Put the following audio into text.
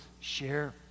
share